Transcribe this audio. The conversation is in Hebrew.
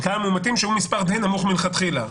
שהיו מספר די נמוך מלכתחילה.